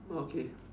okay